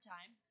Time